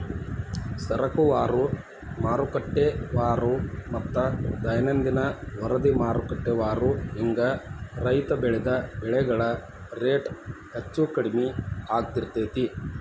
ಸರಕುವಾರು, ಮಾರುಕಟ್ಟೆವಾರುಮತ್ತ ದೈನಂದಿನ ವರದಿಮಾರುಕಟ್ಟೆವಾರು ಹಿಂಗ ರೈತ ಬೆಳಿದ ಬೆಳೆಗಳ ರೇಟ್ ಹೆಚ್ಚು ಕಡಿಮಿ ಆಗ್ತಿರ್ತೇತಿ